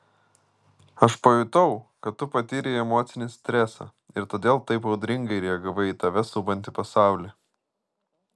aš pajutau kad tu patyrei emocinį stresą ir todėl taip audringai reagavai į tave supantį pasaulį